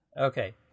Okay